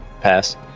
pass